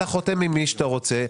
אתה חותם עם מי שאתה רוצה.